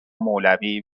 مولوی